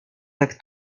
tak